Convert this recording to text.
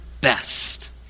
best